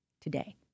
today